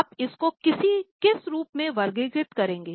आप इसको किस रूप में वर्गीकृत करेंगे